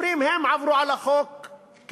היו אומרים: הם עברו על החוק כלשונו.